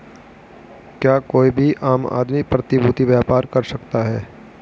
क्या कोई भी आम आदमी प्रतिभूती व्यापार कर सकता है?